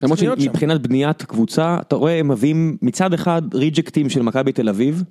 מבחינת בניית קבוצה אתה רואה הם מביאים מצד אחד ריג'קטים של מכבי תל אביב.